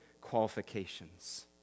qualifications